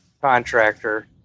contractor